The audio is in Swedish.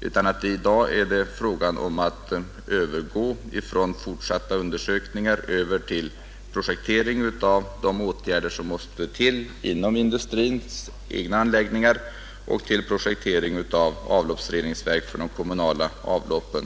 utan i dag är det fråga om att övergå från fortsatta undersökningar till projektering av de åtgärder som måste till beträffande industrins egna anläggningar och till projektering av reningsverk för de kommunala avloppen.